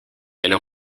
elle